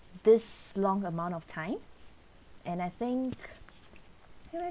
this long amount of time and I think